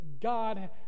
God